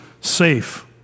safe